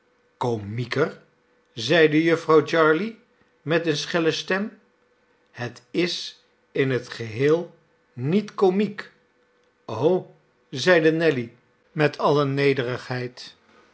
komieker zeide jufvrouw jarley met eene schelle stem het is in het geheel niet komiek zeide nelly met alle nederigheid